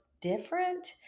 different